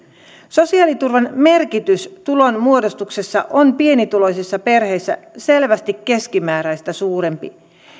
sosiaaliturvan merkitys tulonmuodostuksessa on pienituloisissa perheissä selvästi keskimääräistä suurempi